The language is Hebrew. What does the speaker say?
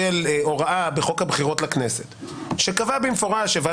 הוראה בחוק הבחירות לכנסת שקבעה במפורש שיש אפשרות ערעור על